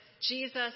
Jesus